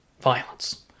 violence